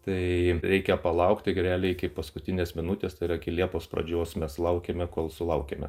tai reikia palaukti realiai iki paskutinės minutės tai yra iki liepos pradžios mes laukėme kol sulaukėme